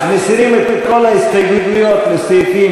אז מסירים את כל ההסתייגויות מסעיפים